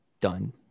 done